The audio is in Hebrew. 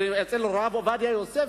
ואצל הרב עובדיה יוסף,